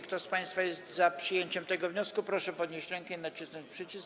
Kto z państwa jest za przyjęciem tego wniosku, proszę podnieść rękę i nacisnąć przycisk.